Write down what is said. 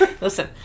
Listen